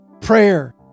Prayer